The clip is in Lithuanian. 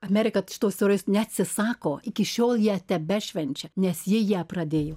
amerika šitos istorijos neatsisako iki šiol ją tebešvenčia nes ji ją pradėjo